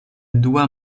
dua